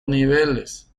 niveles